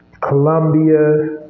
Colombia